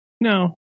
no